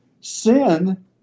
Sin